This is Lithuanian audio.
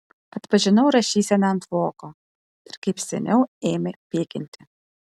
atpažinau rašyseną ant voko ir kaip seniau ėmė pykinti